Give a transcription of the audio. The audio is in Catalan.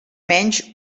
menys